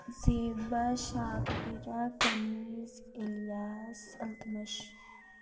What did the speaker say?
Zeba Shakira Kaneez Ilyas Iltutmish